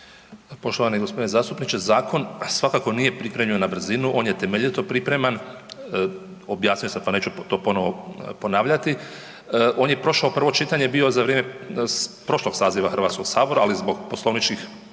Poštovani g. zastupniče, zakon svakako nije pripremljen na brzinu, on je temeljito pripreman, objasnio sam, pa neću to ponovo ponavljati. On je prošao prvo čitanje bio za vrijeme prošlog saziva HS, ali zbog poslovničkih